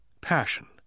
passion